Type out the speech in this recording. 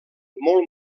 molt